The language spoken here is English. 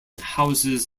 houses